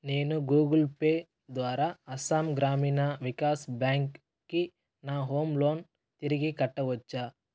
నేను Google Pay ద్వారా అస్సాం గ్రామీణ వికాష్ బ్యాంక్కి నా హోమ్ లోన్ తిరిగి కట్టవచ్చా